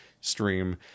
stream